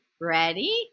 ready